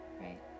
right